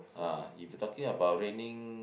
ah if you talking about raining